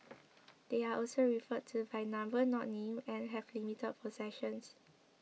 they are also referred to by number not name and have limited possessions